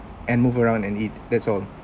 and move around and eat that's all